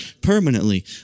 permanently